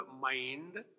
mind